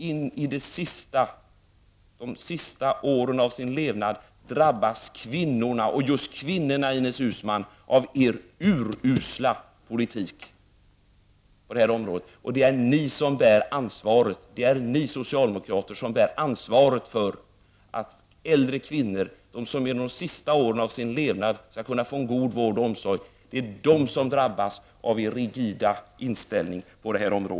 In i det sista, under de sista åren av sin levnad, drabbas just kvinnorna, Ines Uusmann, av er urusla politik på detta område. Det är ni socialdemokrater som bär ansvaret för att äldre kvinnor, vilka under de sista åren av sin levnad borde kunna få en god vård och omsorg, drabbas av er rigida inställning.